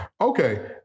Okay